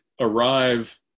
arrive